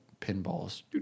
pinballs